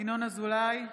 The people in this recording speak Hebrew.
ינון אזולאי,